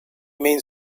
means